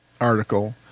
article